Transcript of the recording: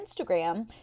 Instagram